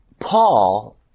Paul